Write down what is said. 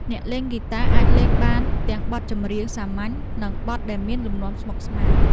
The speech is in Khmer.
អ្នកលេងហ្គីតាអាចលេងបានទាំងបទចម្រៀងសាមញ្ញ និងបទដែលមានលំនាំស្មុគស្មាញ។